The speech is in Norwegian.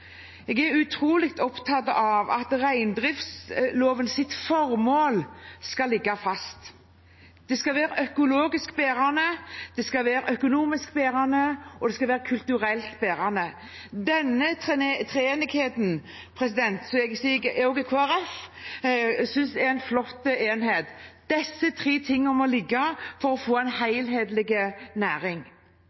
Jeg er utrolig opptatt av at reindriftslovens formål skal ligge fast. Det skal være økologisk bærende, det skal være økonomisk bærende, og det skal være kulturelt bærende. Denne treenigheten synes jeg og Kristelig Folkeparti er en flott enhet. Disse tre tingene må ligge der for å få en helhetlig næring.